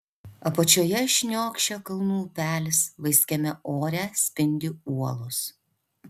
apačioje šniokščia kalnų upelis vaiskiame ore spindi uolos